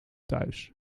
thuis